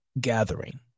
gathering –